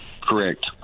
Correct